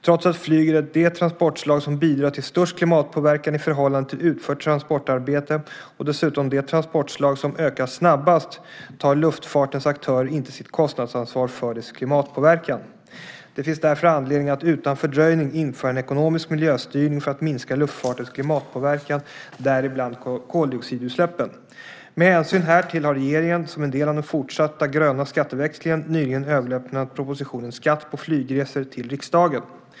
Trots att flyget är det transportslag som bidrar till störst klimatpåverkan i förhållande till utfört transportarbete och dessutom det transportslag som ökar snabbast tar luftfartens aktörer inte sitt kostnadsansvar för dess klimatpåverkan. Det finns därför anledning att utan fördröjning införa en ekonomisk miljöstyrning för att minska luftfartens klimatpåverkan, däribland koldioxidutsläppen. Med hänsyn härtill har regeringen, som en del av den fortsatta gröna skatteväxlingen, nyligen överlämnat propositionen Skatt på flygresor till riksdagen.